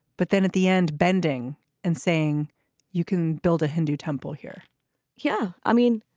but then at the end, bending and saying you can build a hindu temple here yeah. i mean,